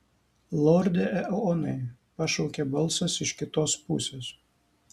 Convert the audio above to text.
lorde eonai pašaukė balsas iš kitos pusės